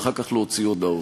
ואחר כך להוציא הודעות.